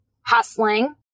hustling